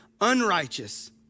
unrighteous